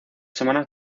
semanas